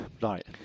right